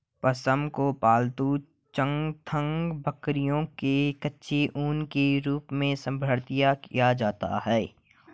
पश्म को पालतू चांगथांगी बकरियों के कच्चे ऊन के रूप में संदर्भित किया जाता है